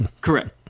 Correct